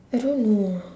I don't know